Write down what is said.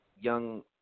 young